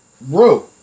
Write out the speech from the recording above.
Bro